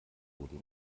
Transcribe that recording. wurden